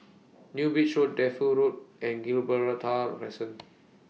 New Bridge Road Defu Road and Gibraltar Crescent